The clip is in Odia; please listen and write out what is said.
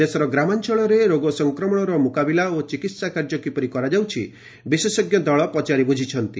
ଦେଶର ଗ୍ରାମାଞ୍ଚଳରେ ରୋଗ ସଂକ୍ରମଣର ମୁକାବିଲା ଓ ଚିକିତ୍ସା କାର୍ଯ୍ୟ କିପରି କରାଯାଉଛି ବିଶେଷଜ୍ଞ ଦଳ ପଚାରି ବୁଝିଛନ୍ତି